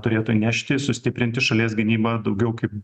turėtų įnešti sustiprinti šalies gynybą daugiau kaip